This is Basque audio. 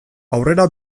aurrera